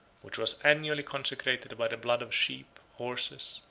which was annually consecrated by the blood of sheep, horses,